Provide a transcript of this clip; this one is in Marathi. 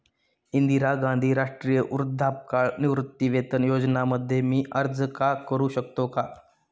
इंदिरा गांधी राष्ट्रीय वृद्धापकाळ निवृत्तीवेतन योजना मध्ये मी अर्ज का करू शकतो का?